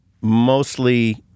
mostly